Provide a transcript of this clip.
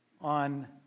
on